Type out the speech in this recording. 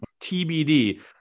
TBD